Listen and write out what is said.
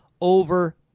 over